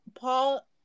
Paul